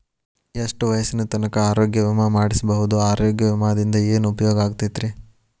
ಎಷ್ಟ ವಯಸ್ಸಿನ ತನಕ ಆರೋಗ್ಯ ವಿಮಾ ಮಾಡಸಬಹುದು ಆರೋಗ್ಯ ವಿಮಾದಿಂದ ಏನು ಉಪಯೋಗ ಆಗತೈತ್ರಿ?